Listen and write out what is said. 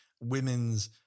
women's